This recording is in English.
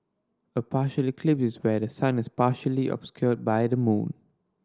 a partial eclipse is where the sun is partially obscured by the moon